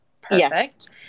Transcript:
Perfect